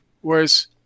Whereas